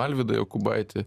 alvydą jokubaitį